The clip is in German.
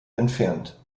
entfernt